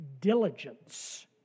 diligence